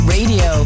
Radio